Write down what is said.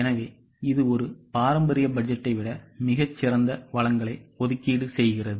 எனவே இது ஒரு பாரம்பரிய பட்ஜெட்டை விட மிகச் சிறந்த வளங்களை ஒதுக்கீடு செய்கிறது